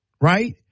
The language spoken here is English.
right